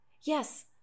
Yes